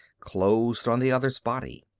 closed on the other's body.